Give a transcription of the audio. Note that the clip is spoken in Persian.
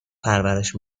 پرورش